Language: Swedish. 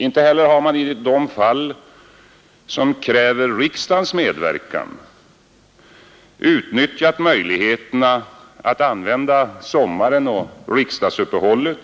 Inte heller har man i de fall som kräver riksdagens medverkan utnyttjat möjligheterna att använda sommaren och riksdagsuppehållet